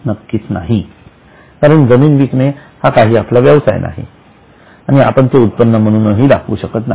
नक्कीच नाही कारण जमीन विकणे हा काही आपला व्यवसाय नाही आणि आपण ते उत्पन्न म्हणूनही दाखवू शकत नाही